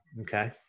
Okay